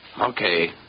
Okay